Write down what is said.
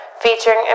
featuring